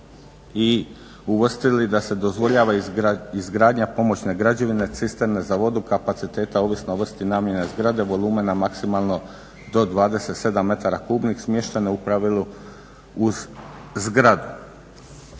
i uvrstili da se dozvoljava izgradnja pomoćne građevine, cisterne za vodu kapaciteta ovisno o vrsti namjene zgrade, volumena maksimalno do 27 metara kubnih smještene u pravilu uz zgradu.